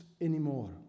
anymore